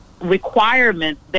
requirements